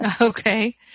Okay